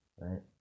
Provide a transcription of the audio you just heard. right